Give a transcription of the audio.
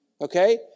Okay